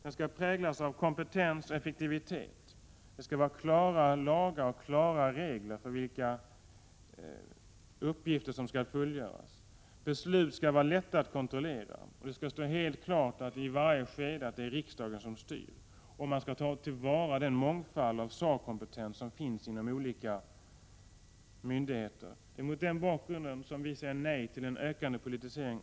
Den skall präglas av kompetens och effektivitet. Det skall finnas klara lagar och regler för vilka uppgifter som skall fullgöras. Besluten skall vara lätta att kontrollera. I varje skede skall det stå helt klart att det är riksdagen som styr. Man skall ta vara på den mångfald av sakkompetens som finns inom olika myndigheter. Det är mot den bakgrunden vi säger nej till en ökad politisering.